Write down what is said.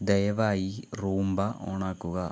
ദയവായി Roomba on ആക്കുക